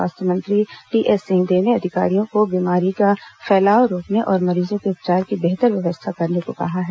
स्वास्थ्य मंत्री टीएस सिंहदेव ने अधिकारियों को बीमारी का फैलाव रोकने और मरीजों के उपचार की बेहतर व्यवस्था करने कहा है